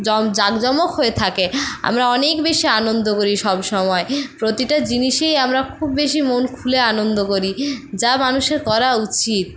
জাঁকজমক হয়ে থাকে আমরা অনেক বেশি আনন্দ করি সবসময় প্রতিটা জিনিসেই আমরা খুব বেশি মন খুলে আনন্দ করি যা মানুষের করা উচিত